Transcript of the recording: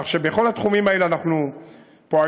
כך שבכל התחומים האלה אנחנו פועלים.